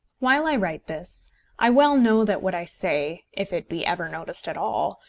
while i write this i well know that what i say, if it be ever noticed at all,